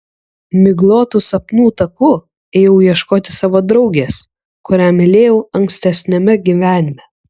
miglotu sapnų taku ėjau ieškoti savo draugės kurią mylėjau ankstesniame gyvenime